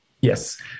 Yes